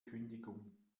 kündigung